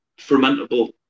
fermentable